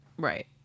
Right